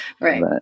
Right